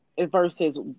versus